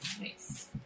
nice